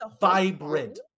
vibrant